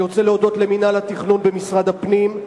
אני רוצה להודות למינהל התכנון במשרד הפנים,